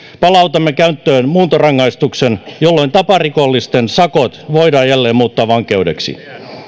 palautamme käyttöön muuntorangaistuksen jolloin taparikollisten sakot voidaan jälleen muuttaa vankeudeksi